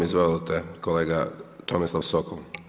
Izvolite, kolega Tomislav Sokol.